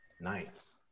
Nice